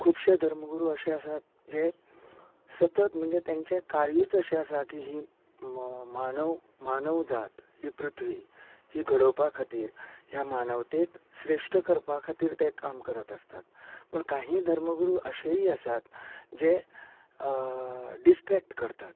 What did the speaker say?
खुबशें धर्मगुरू अशें आसात जे सतत म्हणजे तेंचे कार्यच अशें आसा की ही मानव मानव जात ही पृथ्वी ही घडोवपा खातीर ह्या मानवतेक श्रेष्ठ करपा खातीर ते काम करता आसतात पण काहीं धर्मगुरू अशेंय आसतात जे डिस्ट्रेक्ट करतात